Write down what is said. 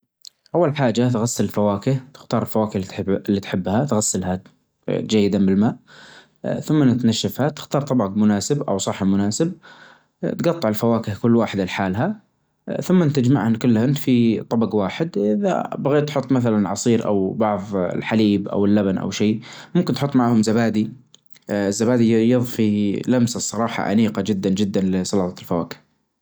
اول شي تصنفها تصنفها حسب الكتب مثلا الدينية الكتب التعليمية الكتب السياسية كتب الفقه كتب كذا صنف الكتب تجمعهن كل كل مجموعة مع التصنيف حقها يعني الكتب الدينية الكتب التعليمية في رف كتب الروايات في رف ثمن تبدأ تنظم حسب كثرة قراءتك اذا انت تقرأ كتب دينية واجد خليها جنب يدك اذا كان مثلا ما تقرأ كتب دينية تخليها في المكان البعيد كذا